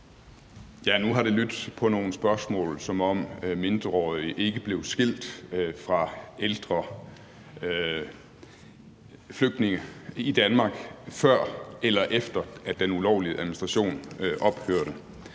Nu har det i nogle spørgsmål lydt, som om mindreårige ikke blev skilt fra ældre flygtninge i Danmark, før eller efter at den ulovlige administration ophørte.